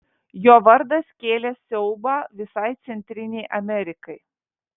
jo vardas kėlė siaubą visai centrinei amerikai